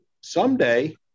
someday